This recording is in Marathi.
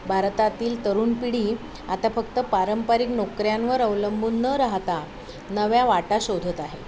भारतातील तरुण पिढी आता फक्त पारंपरिक नोकऱ्यांवर अवलंबून न राहता नव्या वाटा शोधत आहे